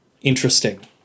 interesting